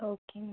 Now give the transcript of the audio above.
okay ma'am